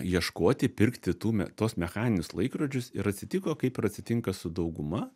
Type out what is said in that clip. ieškoti pirkti tų me tuos mechaninius laikrodžius ir atsitiko kaip ir atsitinka su dauguma